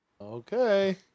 Okay